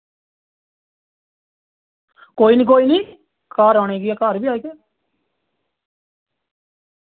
कोई नि कोई नि घर आने केह् ऐ घर बी आई सकदे